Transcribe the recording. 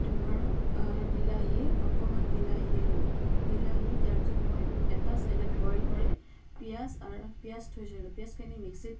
তোমাৰ বিলাহী অকণমান বিলাহী দিলোঁ বিলাহী দিয়াৰ পাছত মই এটা ছাইডত বইল কৰি পিয়াঁজ পিয়াঁজ থৈছিলোঁ পিয়াঁজখিনি মিক্সিত